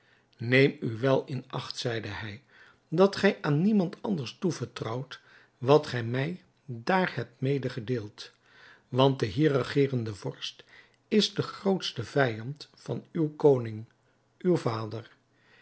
neem u wel in acht zeide hij dat gij aan niemand anders toevertrouwt wat gij mij daar hebt medegedeeld want de hier regerende vorst is de grootste vijand van den koning uw vader